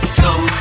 come